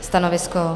Stanovisko?